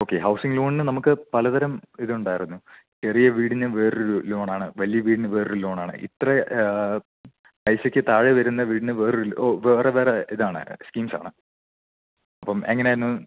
okay housing ലോണിന് നമുക്ക് പലതരം ഇതുണ്ടായിരുന്നു ചെറിയ വീടിന് വേറൊരു ലോണ് ആണ് വലിയ വീടിന് വേറൊരു ലോണാണ് ഇത്ര പൈസയ്ക്ക് താഴെ വരുന്ന വീടിന് വേറൊരു വേറെ വേറെ ഇതാണ് സ്കീംസ് ആണ് അപ്പം എങ്ങനെയായിരുന്നു